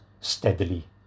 steadily